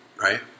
Right